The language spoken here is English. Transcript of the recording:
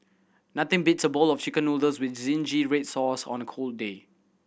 nothing beats a bowl of Chicken Noodles with zingy red sauce on a cold day